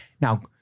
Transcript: now